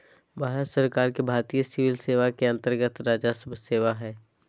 भारत सरकार के भारतीय सिविल सेवा के अन्तर्गत्त राजस्व सेवा हइ